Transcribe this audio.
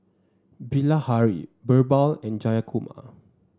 Bilahari BirbaL and Jayakumar